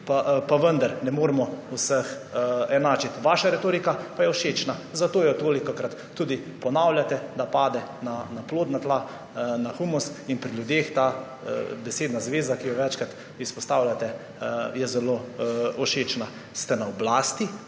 pa vendar ne moremo vseh enačiti. Vaša retorika pa je všečna, zato jo tolikokrat tudi ponavljate, da pade na plodna tla, na humus, in pri ljudeh je ta besedna zveza, ki jo večkrat izpostavljate, zelo všečna. Ste na oblasti,